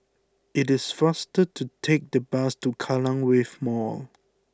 it is faster to take the bus to Kallang Wave Mall